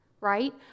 right